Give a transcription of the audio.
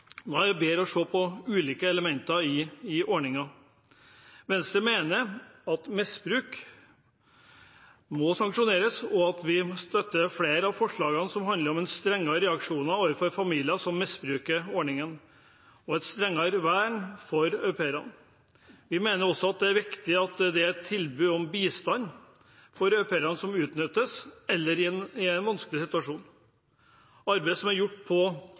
er det bedre å se på ulike elementer i ordningen. Venstre mener at misbruk må sanksjoneres. Vi støtter flere av forslagene som handler om strengere reaksjoner overfor familier som misbruker ordningen, og et strengere vern for au pairene. Vi mener også at det er viktig at det er et tilbud om bistand for au pairer som utnyttes eller er i en vanskelig situasjon. Arbeidet som er gjort på